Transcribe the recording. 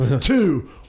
two